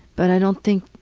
but i don't think,